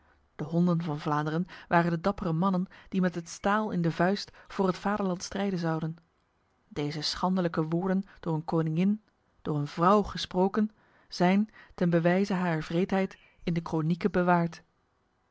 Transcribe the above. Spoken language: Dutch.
de honden van vlaanderen waren de dappere mannen die met het staal in de vuist voor het vaderland strijden zouden deze schandelijke woorden door een koningin door een vrouw gesproken zijn ten bewijze harer wreedheid in de kronieken bewaard